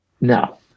no